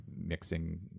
mixing